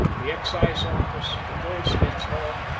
the excise office, the goldsmiths' hall,